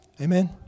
Amen